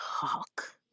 talk